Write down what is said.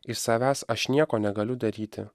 iš savęs aš nieko negaliu daryti